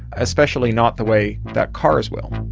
especially not the way that cars will.